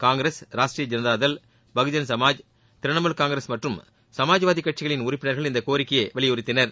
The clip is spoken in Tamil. காங்கிரஸ் ராஷ்ட்ரீய ஜனதாதள் பகுஜன் சமாஜ் திரிணமூல் காங்கிரஸ் மற்றும் சமாஜ்வாதி கட்சிகளின் உறுப்பினர்கள் இந்த கோரிக்கையை வலியுறுத்தினர்